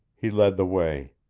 he led the way.